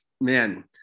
man